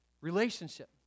Relationship